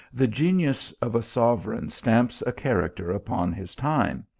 the genius of a sovereign stamps a character upon his time.